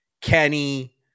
Kenny